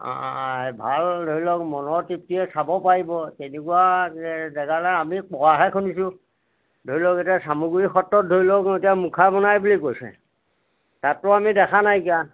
ভাল ধৰি লওক মনৰ তৃপ্তিৰে চাব পাৰিব তেনেকুৱা জেগালে আমি কোৱাহে শুনিছোঁ ধৰি লওক এতিয়া চামগুৰী সত্ৰত ধৰি লওক এতিয়া মুখা বনাই বুলি কৈছে তাততো আমি দেখা নাইকিয়া